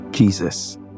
Jesus